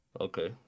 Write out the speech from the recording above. Okay